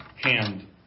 hand